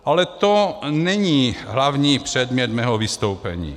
Ale to není hlavní předmět mého vystoupení.